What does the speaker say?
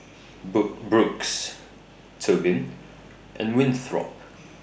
book Brooks Tobin and Winthrop